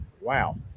Wow